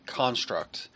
construct